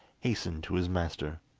hastened to his master.